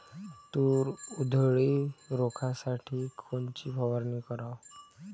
तूर उधळी रोखासाठी कोनची फवारनी कराव?